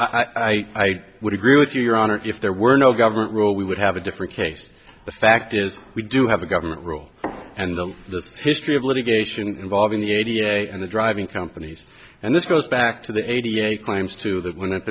i would agree with you your honor if there were no government rule we would have a different case the fact is we do have a government rule and the history of litigation involving the a b a and the driving companies and this goes back to the eighty eight claims to that would have